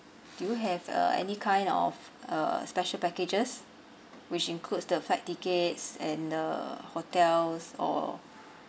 do you have uh any kind of uh special packages which includes the flight tickets and the hotels or